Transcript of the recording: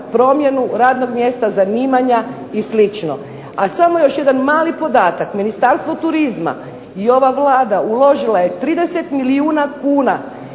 promjenu radnog mjesta, zanimanja i slično. A samo još jedan mali podataka, Ministarstvo turizma i ova Vlada uložila je 30 milijuna kuna,